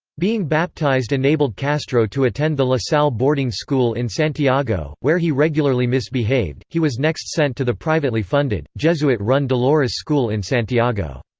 being baptized enabled castro to attend the la salle boarding school in santiago, where he regularly misbehaved he was next sent to the privately funded, jesuit-run dolores school in santiago.